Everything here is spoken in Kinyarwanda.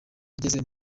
igeze